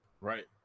Right